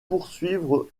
poursuivre